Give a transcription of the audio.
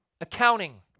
accounting